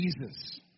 Jesus